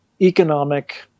economic